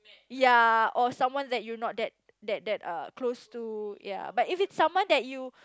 ya or someone that you are not that that uh close to ya but if it's someone that you